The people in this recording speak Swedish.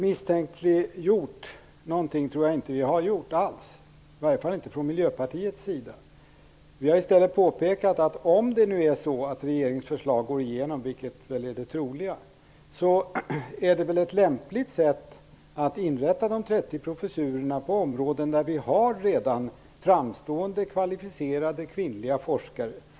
Jag tror inte att vi har misstänkliggjort något, i alla fall inte från Miljöpartiets sida. Vi har i stället påpekat att om det nu är så att regeringens förslag går igenom, vilket är det troliga, är det väl lämpligt att inrätta dessa 30 professurer på områden där vi redan har framstående och kvalificerade kvinnliga forskare.